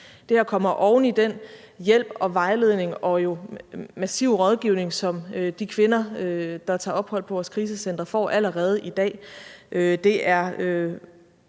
Det her kommer oven i den hjælp, vejledning og massive rådgivning, som de kvinder, der tager ophold på vores krisecentre, får allerede i dag. Det er